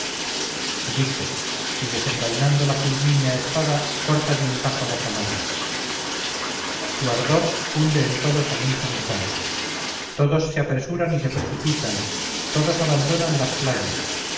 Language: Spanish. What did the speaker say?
dijo y desenvainado la fulmínea espada corta de un tajo las amarras su ardor cunde en todos al mismo instante todos se apresuran y se precipitan todos abandonan las playas